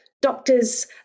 doctors